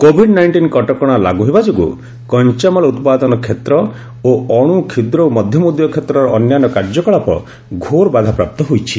Covid nineteen କଟକଣା ଲାଗୁ ହେବା ଯୋଗୁଁ କଞ୍ଚାମାଲ୍ ଉତ୍ପାଦନ କ୍ଷେତ୍ର ଓ ଛୋଟ କ୍ଷୁଦ୍ର ଓ ମଧ୍ୟମ ଉଦ୍ୟୋଗ କ୍ଷେତ୍ରର ଅନ୍ୟାନ କାର୍ଯ୍ୟକଳାପ ଘୋର ବାଧାପ୍ରାପ୍ତ ହୋଇଛି